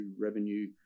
revenue